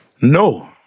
No